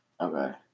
Okay